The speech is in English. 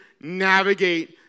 navigate